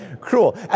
cruel